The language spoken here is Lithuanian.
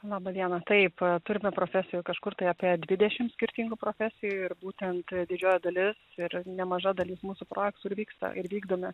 laba diena taip turime profesiją kažkur tai apie dvidešim skirtingų profesijų ir būtent didžioji dalis ir nemaža dalis mūsų projektų ir vyksta ir vykdome